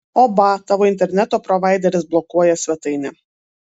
oba tavo interneto provaideris blokuoja svetainę